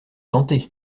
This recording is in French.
tenter